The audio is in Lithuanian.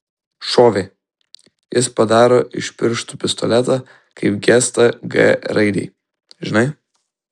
šovė jis padaro iš pirštų pistoletą kaip gestą g raidei žinai